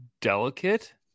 delicate